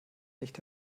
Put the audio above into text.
nicht